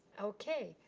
okay.